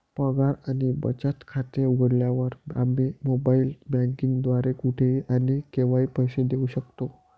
पगार आणि बचत खाते उघडल्यावर, आम्ही मोबाइल बँकिंग द्वारे कुठेही आणि केव्हाही पैसे देऊ शकतो